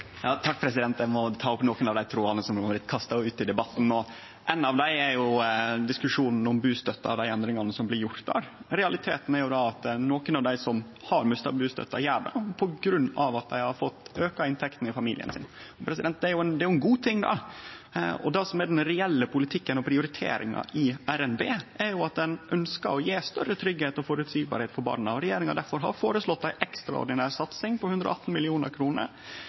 Eg må ta opp nokre av trådane som har blitt kasta ut i debatten. Ein av dei er diskusjonen om bustøtta og endringane som blir gjorde der. Realiteten er at nokre av dei som har mista bustøtta, har det på grunn av at dei har fått auka inntektene i familien sin, og det er ein god ting. Men den reelle politikken og prioriteringa i RNB er at ein ynskjer å gje større tryggleik og føreseielegheit for barna. Difor har regjeringa føreslege ei ekstraordinær satsing på 118